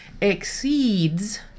exceeds